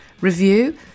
review